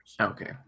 Okay